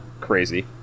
crazy